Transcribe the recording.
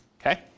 Okay